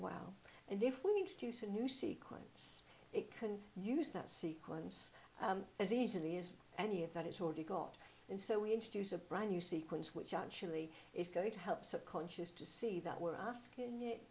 well and if we introduce a new sequence it can use that sequence as easily as any of that it's already got and so we introduce a brand new sequence which actually is going to help sort conscious to see that we're asking